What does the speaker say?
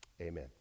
amen